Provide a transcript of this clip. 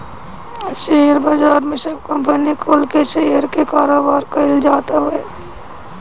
share बाजार में सब कंपनी कुल के शेयर के कारोबार कईल जात हवे